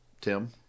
Tim